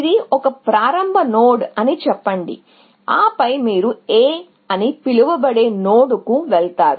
ఇది ఒక ప్రారంభ నోడ్ అని చెప్పండి ఆపై మీరు A అని పిలువబడే నోడ్కు వెళతారు